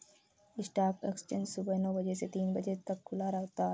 stock exchange सुबह नो बजे से तीन बजे तक खुला होता है